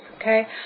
okay